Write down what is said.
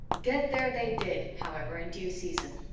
get there they did, however, in due season.